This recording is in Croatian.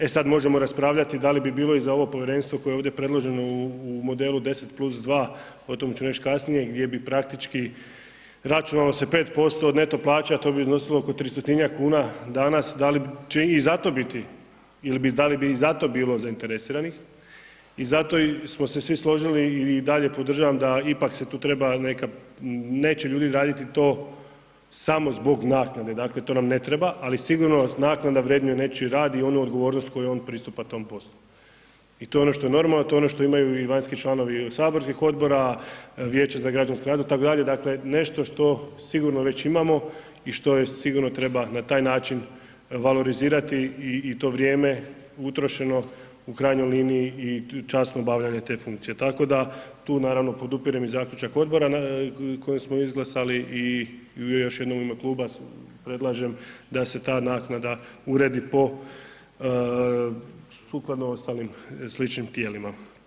E sad možemo raspravljati da li bi bilo i za ovo povjerenstvo koje je ovdje predloženo u modelu 10+2, o tome ću nešto kasnije, gdje bi praktički računalo se 5% od neto plaća, a to bi iznosilo oko 300-tinjak kuna danas, da li će i za to biti ili bi, da li bi i zato bilo zainteresiranih i zato smo se svi složili i dalje podržavam da ipak se tu treba neka, neće ljudi raditi to samo zbog naknade, dakle, to nam ne treba, ali sigurno naknada vrednuje nečiji rad i onu odgovornost kojom on pristupa tom poslu i to je ono što je normalno i to je ono što imaju i vanjski članovi saborskih odbora, vijeća za građanski… [[Govornik se ne razumije]] itd., dakle, nešto što sigurno već imamo i što je sigurno treba na taj način valorizirati i to vrijeme utrošeno u krajnjoj liniji i časno obavljanje te funkcije, tako da tu naravno podupirem i zaključak odbora koji smo izglasali i još jednom u ime kluba predlažem da se ta naknada uredi po, sukladno ostalim sličnim tijelima.